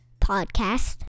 Podcast